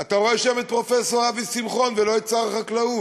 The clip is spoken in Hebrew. אתה רואה שם את פרופסור אבי שמחון ולא את שר החקלאות,